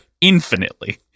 Infinitely